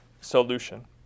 solution